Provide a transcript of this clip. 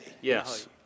Yes